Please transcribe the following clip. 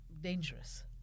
dangerous